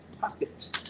pockets